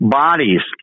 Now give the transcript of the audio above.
bodies